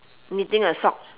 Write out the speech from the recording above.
knitting a sock